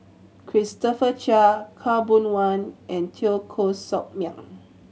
Christopher Chia Khaw Boon Wan and Teo Koh Sock Miang